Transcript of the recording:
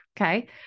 Okay